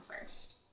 first